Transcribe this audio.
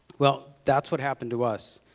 well, that's what happened to us.